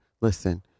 Listen